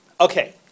Okay